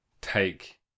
take